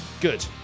Good